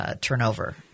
turnover